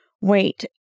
wait